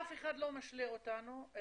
אף אחד לא משלה את עצמו